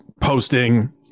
posting